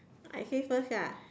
I say first ah